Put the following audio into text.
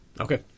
okay